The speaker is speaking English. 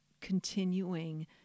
continuing